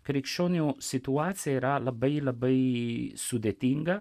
krikščionių situacija yra labai labai sudėtinga